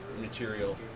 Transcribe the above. material